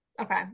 Okay